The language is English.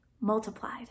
multiplied